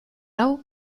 hau